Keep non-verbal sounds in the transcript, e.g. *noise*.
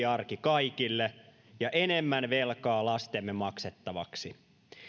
*unintelligible* arki kaikille ja enemmän velkaa lastemme maksettavaksi